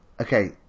okay